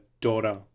daughter